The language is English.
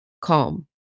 calm